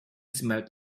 smelt